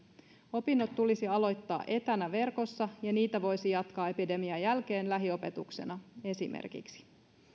opinnot tulisi aloittaa etänä verkossa ja niitä voisi jatkaa epidemian jälkeen lähiopetuksena esimerkiksi